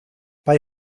bei